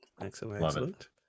excellent